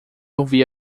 ouvir